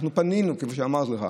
אנחנו פנינו, כפי שאמרתי לך,